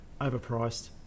overpriced